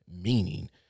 Meaning